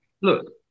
Look